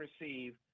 receive